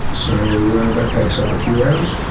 so that takes up a few hours.